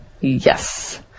Yes